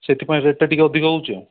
ସେଥିପାଇଁ ରେଟ୍ଟା ଟିକେ ଅଧିକ ହେଉଛି